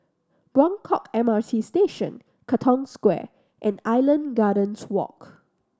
Buangkok M R T Station Katong Square and Island Gardens Walk